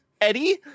Eddie